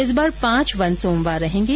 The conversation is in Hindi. इस बार पांच वन सोमवार रहेंगे